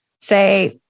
say